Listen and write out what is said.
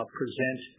present